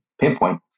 pinpoint